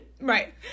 Right